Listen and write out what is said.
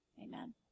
Amen